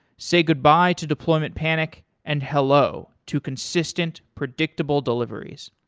say goodbye to deployment panic and hello to consistent, predictable deliveries.